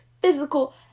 physical